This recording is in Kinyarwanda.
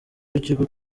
w’ikigo